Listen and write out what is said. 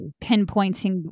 pinpointing